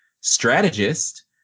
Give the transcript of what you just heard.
strategist